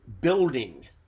building